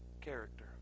character